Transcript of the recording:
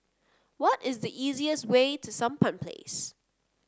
what is the easiest way to Sampan Place